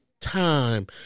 time